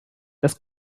das